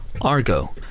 Argo